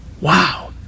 Wow